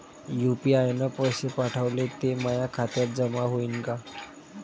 UPI न पैसे पाठवले, ते माया खात्यात जमा होईन का?